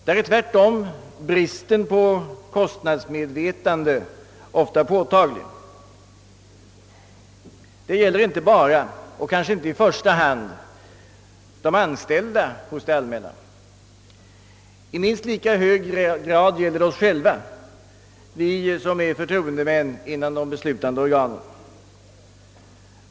Där är tvärtom bristen på kostnadsmedvetande ofta påtaglig. Detta gäller inte enbart och kanske inte i första hand de anställda hos det allmänna. I minst lika hög grad gäller det oss själva, vi som är förtroendemän inom de beslutande organen.